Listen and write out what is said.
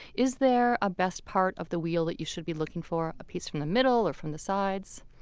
is there a best part of the wheel that you should be looking for a piece from the middle or from the sides?